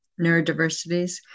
neurodiversities